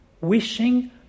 wishing